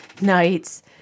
nights